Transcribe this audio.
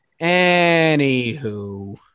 anywho